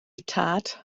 tad